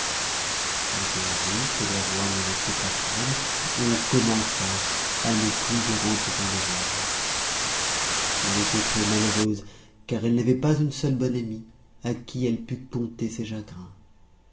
quand on vit que le roi n'aimait plus sa femme on commença à ne plus lui rendre aucun devoir elle était très malheureuse car elle n'avait pas une seule bonne amie à qui elle pût conter ses chagrins